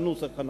מה כן?